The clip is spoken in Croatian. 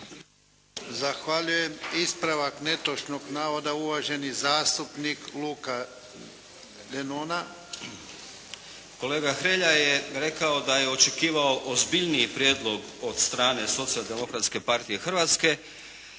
Zahvaljujem. Ispravak netočnog navoda uvaženi zastupnik Luka Denona. **Denona, Luka (SDP)** Kolega Hrelja je rekao da je očekivao ozbiljniji prijedlog od strane Socijaldemokratske partije Hrvatske